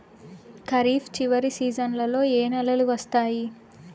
ఖరీఫ్ చివరి సీజన్లలో ఏ నెలలు వస్తాయి?